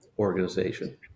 organization